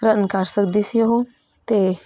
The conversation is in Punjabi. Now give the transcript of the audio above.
ਰਨ ਕਰ ਸਕਦੀ ਸੀ ਉਹ ਅਤੇ